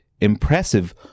impressive